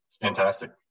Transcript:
fantastic